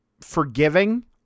forgiving